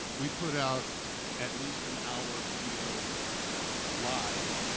we put out at least an hour video live,